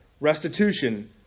restitution